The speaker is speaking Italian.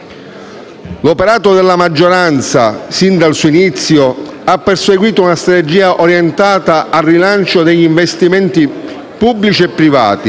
L'operato della maggioranza, sin dal suo inizio, ha perseguito una strategia orientata al rilancio degli investimenti pubblici e privati